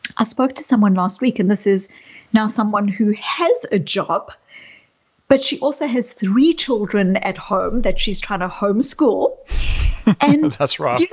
i spoke to someone last week, and this is now someone who has a job but she also has three children at home that she's trying to homeschool and that's rough. yeah